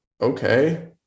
okay